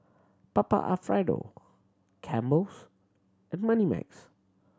Papa Alfredo Campbell's and Moneymax